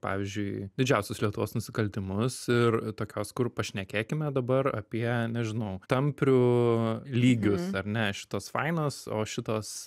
pavyzdžiui didžiausius lietuvos nusikaltimus ir tokios kur pašnekėkime dabar apie nežinau tamprių lygius ar ne šitos fainos o šitos